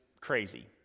crazy